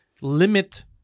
limit